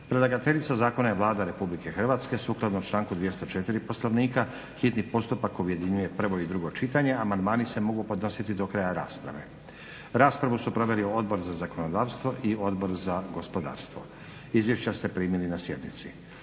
Predlagateljica zakona je Vlada Republike Hrvatske. U skladu sa člankom 204. Poslovnika hitni postupak objedinjuje prvo i drugo čitanje. Amandmani se mogu podnositi do kraja rasprave. Raspravu su proveli Odbor za zakonodavstvo i Odbor za gospodarstvo. Izvješća ste primili na sjednici.